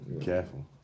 careful